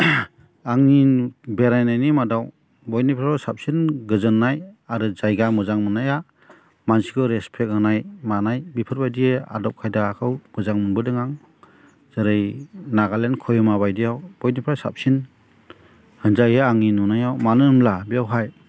आंनि बेरायनायनि मादाव बयनिख्रुयबो साबसिन गोजोननाय आरो जायगा मोजां मोननाया मानसिखौ रिसपेक्ट होनाय मानाय बेफोरबायदि आदब खायदायाखौ मोजां मोनबोदों आं जेरै नागालेण्ड खहिमाबायदियाव बयनिफ्राय साबसिन होनजायो आंनि नुनायाव मानो होनब्ला बेवहाय